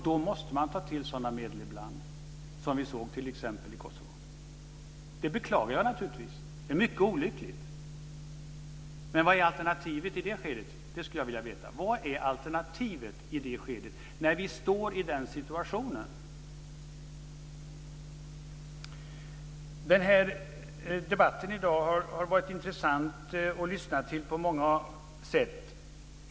Då måste man ibland ta till sådana medel som vi såg exempel på i Kosovo. Det beklagar jag naturligtvis; det är mycket olyckligt. Men vad är alternativet i det skedet, när vi står i den situationen? Det skulle jag vilja veta. Debatten i dag har på många sätt varit intressant att lyssna till.